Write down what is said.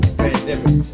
pandemic